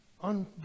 on